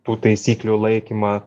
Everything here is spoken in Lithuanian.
tų taisyklių laikymą